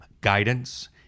guidance